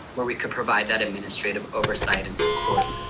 where we could provide that administrative oversight and support.